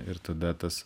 ir tada tas